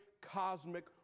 cosmic